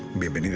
maybe